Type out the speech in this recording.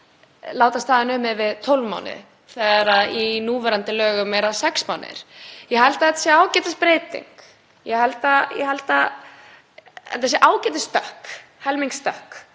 láta staðar numið við 12 mánuði þegar í núgildandi lögum eru það sex mánuðir. Ég held að þetta sé ágætis breyting. Ég held að þetta sé ágætis stökk, helmings stökk